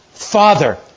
Father